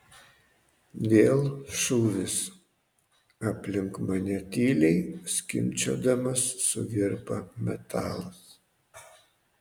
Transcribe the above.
vėl šūvis aplink mane tyliai skimbčiodamas suvirpa metalas